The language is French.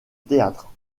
théâtre